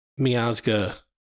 Miazga